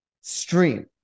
stream